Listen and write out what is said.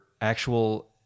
actual